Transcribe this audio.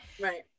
Right